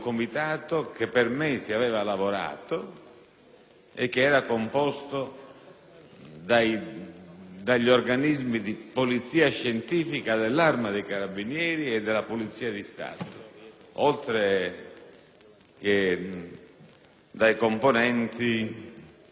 e che era composto dagli organismi di polizia scientifica dell'Arma dei carabinieri e della Polizia di Stato, oltre che dai componenti dell'Ufficio legislativo del Ministero.